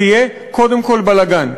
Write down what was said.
תהיה קודם כול בלגן,